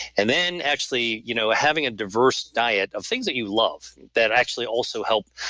and then actually you know ah having a diverse diet of things that you love that actually also help